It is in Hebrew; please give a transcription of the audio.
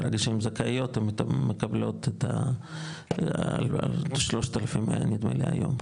מרגע שהן זכאיות הן מקבלות 3,000 ₪ נדמה לי היום,